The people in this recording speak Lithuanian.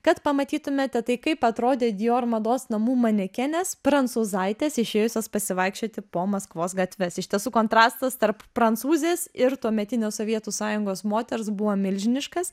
kad pamatytumėte tai kaip atrodė dior mados namų manekenės prancūzaitės išėjusios pasivaikščioti po maskvos gatves iš tiesų kontrastas tarp prancūzės ir tuometinės sovietų sąjungos moters buvo milžiniškas